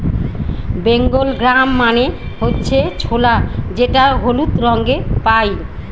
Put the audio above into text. Bengal gram মানে হচ্ছে ছোলা যেটা হলুদ রঙে পাই